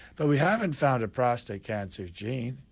but we haven't found a prostate cancer gene.